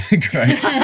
great